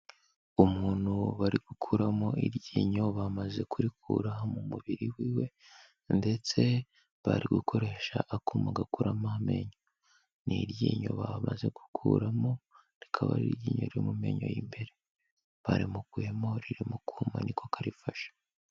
Umuntu bari gukuramo iryinyo bamaze kurikura mu mubiri wiwe, ndetse bari gukoresha akuma gakuramo amenyo, ni iryinyo bamaze gukuramo rikaba ari iryinyo riri mu menyo y'imbere, barimukuyemo riri mu kuma niko karifashe.